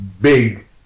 big